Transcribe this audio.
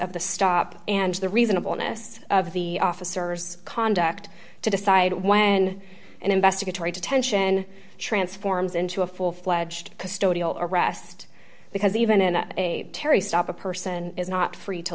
of the stop and the reasonable notice of the officers conduct to decide when and investigatory detention transforms into a full fledged custodial arrest because even in a terry stop a person is not free to